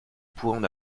pourrait